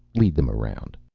lead them around.